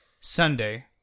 sunday